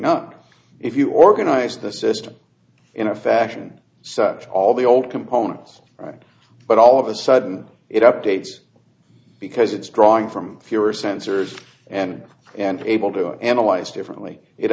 not if you organize the system in a fashion such all the old components but all of a sudden it updates because it's drawing from fewer sensors and and able to analyze differently it